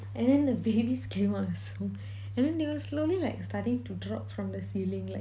and then the babies came out also and then they will slowly like starting to drop from the ceiling like